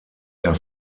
der